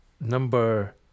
number